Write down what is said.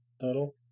Total